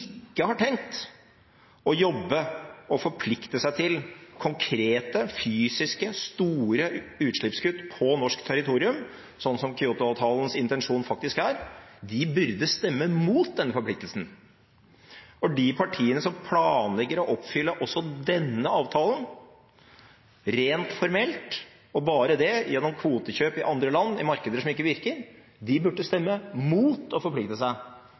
ikke har tenkt å jobbe og forplikte seg til konkrete, fysiske, store utslippskutt på norsk territorium, som Kyoto-avtalens intensjon faktisk er, burde stemme mot denne forpliktelsen. De partiene som planlegger å oppfylle også denne avtalen rent formelt – og bare det – gjennom kvotekjøp i andre land, i markeder som ikke virker, burde stemme mot å forplikte seg